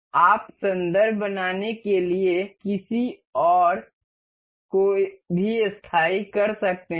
आप संदर्भ बनाने के लिए किसी और को भी स्थायी कर सकते हैं